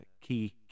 key